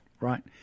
Right